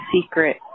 secret